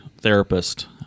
therapist